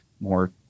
more